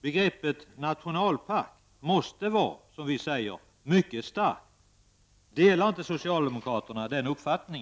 Begreppet nationalpark måste, som vi säger, vara mycket starkt. Delar inte socialdemokraterna denna uppfattning?